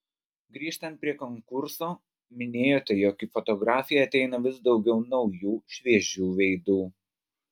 grįžtant prie konkurso minėjote jog į fotografiją ateina vis daugiau naujų šviežių veidų